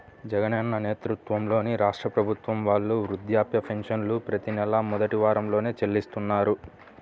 జగనన్న నేతృత్వంలోని రాష్ట్ర ప్రభుత్వం వాళ్ళు వృద్ధాప్య పెన్షన్లను ప్రతి నెలా మొదటి వారంలోనే చెల్లిస్తున్నారు